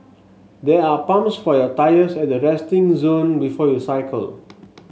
there are pumps for your tyres at the resting zone before you cycle